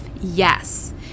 Yes